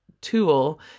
tool